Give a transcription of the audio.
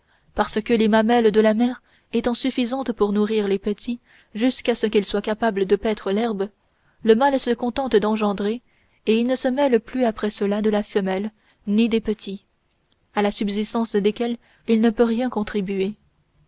parce que les mamelles de la mère étant suffisantes pour nourrir les petits jusqu'à ce qu'ils soient capables de paître l'herbe le mâle se contente d'engendrer et il ne se mêle plus après cela de la femelle ni des petits à la subsistance desquels il ne peut rien contribuer